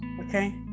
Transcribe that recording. okay